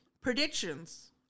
Predictions